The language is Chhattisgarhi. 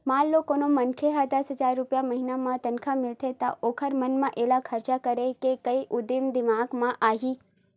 मान लो कोनो मनखे ल दस हजार रूपिया महिना म तनखा मिलथे त ओखर मन म एला खरचा करे के कइ किसम के उदिम दिमाक म आही